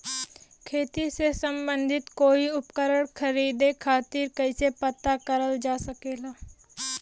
खेती से सम्बन्धित कोई उपकरण खरीदे खातीर कइसे पता करल जा सकेला?